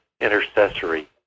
intercessory